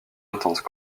intense